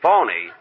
Phony